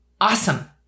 Awesome